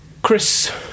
Chris